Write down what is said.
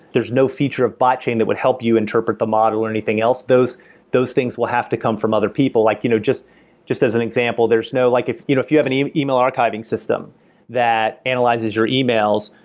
there's no feature of botchain that would help you interpret the model or anything else. those those things will have to come from other people like you know just just as an example, there's no like if you know if you have an e-mail archiving system that analyzes your e mails,